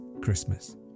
Christmas